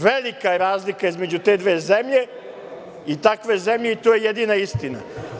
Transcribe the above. Velika je razlika između te dve zemlje i takve zemlje i to je jedina istina.